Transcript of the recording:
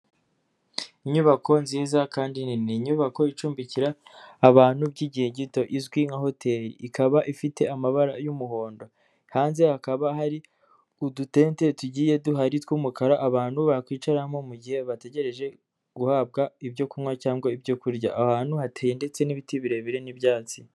Inyubako nziza kandi nini, ni inyubako icumbikira abantu by'igihe gito izwi nka hoteli, ikaba ifite amabara y'umuhondo hanze hakaba hari udutente tugiye duhari tw'umukara abantu bakwicaramo, mu gihe bategereje guhabwa ibyo kunywa cyangwa ibyo kurya, ahantu hateye ndetse n'ibiti birebire n'ibyatsi.